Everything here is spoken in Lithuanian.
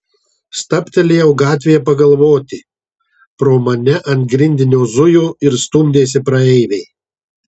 stabtelėjau gatvėje pagalvoti pro mane ant grindinio zujo ir stumdėsi praeiviai